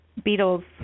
Beatles